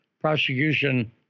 prosecution